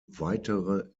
weitere